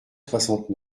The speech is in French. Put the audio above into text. soixante